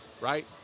right